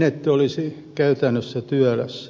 menettely olisi käytännössä työläs